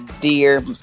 dear